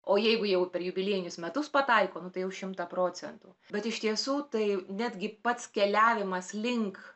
o jeigu jau per jubiliejinius metus pataiko nu tai jau šimtą procentų bet iš tiesų tai netgi pats keliavimas link